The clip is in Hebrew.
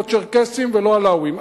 לא צ'רקסים ולא עלאווים.